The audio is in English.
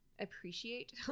appreciate